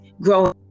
growing